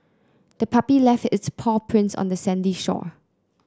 the puppy left its paw prints on the sandy shore